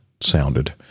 sounded